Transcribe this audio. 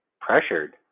pressured